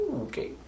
Okay